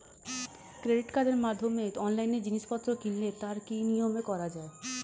Credit কার্ডের মাধ্যমে অনলাইনে জিনিসপত্র কিনলে তার কি নিয়মে করা যায়?